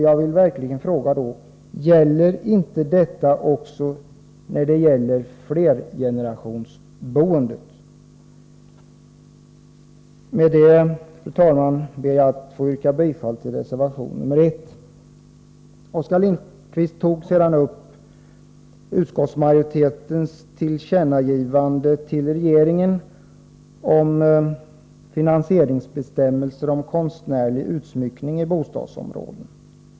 Jag vill verkligen då fråga: Gäller inte detta också i fråga om flergenerationsboendet? Med detta, fru talman, ber jag att få yrka bifall till reservation 1. Sedan tog Oskar Lindkvist upp utskottsmajoritetens tillkännagivande till regeringen om finansieringsbestämmelser för konstnärlig utsmyckning av bostadsområden.